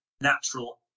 natural